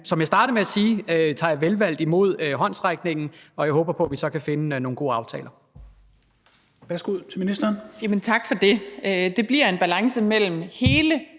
som jeg startede med at sige, tager jeg vel imod håndsrækningen, og jeg håber på, at vi så kan finde nogle gode aftaler.